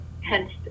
hence